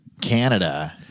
Canada